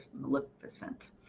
Maleficent